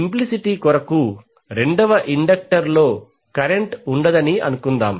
simplicity కొరకు రెండవ inductor లో కరెంట్ ఉండదని అనుకుందాం